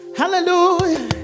hallelujah